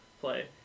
play